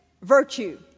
virtue